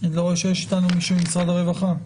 אני לא רואה שיש איתנו מישהו ממשרד הרווחה.